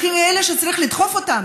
אלה שהכי צריך לדחוף אותם.